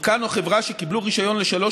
מתקן או חברה שקיבלו רישיון לשלוש